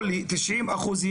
הכישלון הגדול שלי,